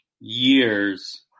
years